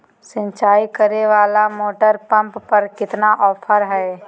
सिंचाई करे वाला मोटर पंप पर कितना ऑफर हाय?